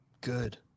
good